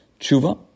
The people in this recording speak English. tshuva